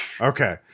Okay